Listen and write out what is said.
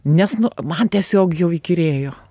nes nu man tiesiog jau įkyrėjo